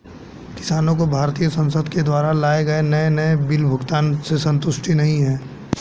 किसानों को भारतीय संसद के द्वारा लाए गए नए बिल से संतुष्टि नहीं है